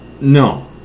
No